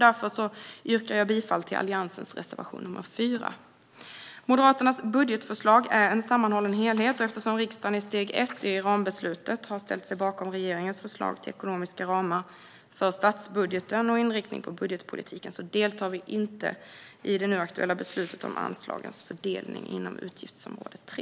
Därför yrkar jag bifall till Alliansens reservation 4. Moderaternas budgetförslag är en sammanhållen helhet. Eftersom riksdagen i steg ett i rambeslutet har ställt sig bakom regeringens förslag till ekonomiska ramar för statsbudgeten och inriktning på budgetpolitiken deltar vi inte i det nu aktuella beslutet om anslagens fördelning inom utgiftsområde 3.